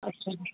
अच्छा